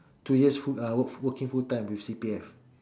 two years full uh work working full time with C_P_F